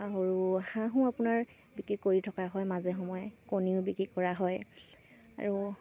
আৰু হাঁহো আপোনাৰ বিক্ৰী কৰি থকা হয় মাজে সময়ে কণীও বিক্ৰী কৰা হয় আৰু